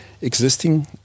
existing